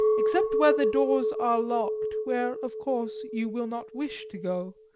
except where the doors are locked, where of course you will not wish to go.